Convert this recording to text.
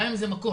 גם אם זה מכות,